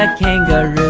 ah kangaroo.